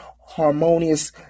harmonious